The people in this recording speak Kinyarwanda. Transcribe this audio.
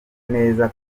neza